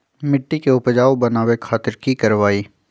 मिट्टी के उपजाऊ बनावे खातिर की करवाई?